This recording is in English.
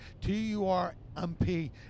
T-U-R-M-P